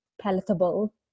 palatable